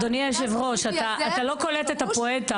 אדוני היושב-ראש, אתה לא קולט את הפואנטה.